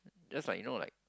just like you know like